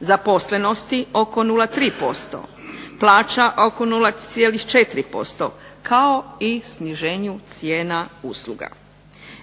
zaposlenosti oko 0,3%, plaća oko 0,4% kao i sniženju cijena usluga.